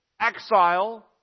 exile